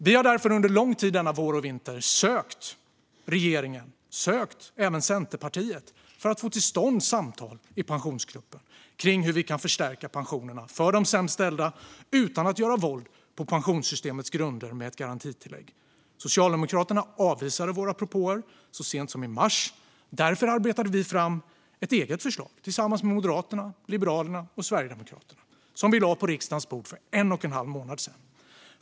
Vi har därför under lång tid under vintern och våren sökt regeringen och även Centerpartiet för att få samtal till stånd i Pensionsgruppen om hur vi kan förstärka pensionerna för de sämst ställda utan att göra våld på pensionssystemets grunder med ett garantitillägg. Socialdemokraterna avvisade våra propåer så sent som i mars. Därför arbetade vi fram ett eget förslag tillsammans med Moderaterna, Liberalerna och Sverigedemokraterna som vi lade på riksdagens bord för en och en halv månad sedan.